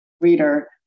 reader